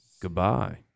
Goodbye